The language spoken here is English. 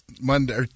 Monday